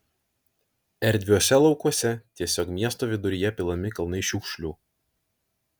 erdviuose laukuose tiesiog miesto viduryje pilami kalnai šiukšlių